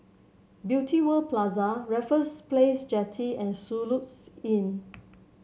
Beauty World Plaza Raffles Place Jetty and Soluxe Inn